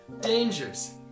Dangers